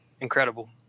incredible